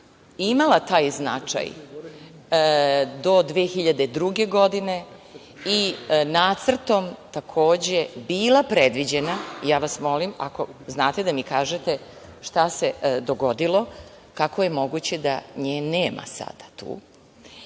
imala taj značaj do 2002. godine i nacrtom takođe bila predviđena. Ja vas molim ako znate da mi kažete šta se dogodilo. Kako je moguće da nje nema sada tu,